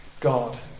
God